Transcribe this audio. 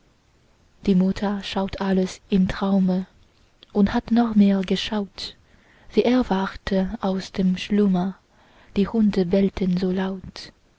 die mutter schaut alles im traume und hat noch mehr geschaut sie erwachte aus dem schlummer die hunde bellten so laut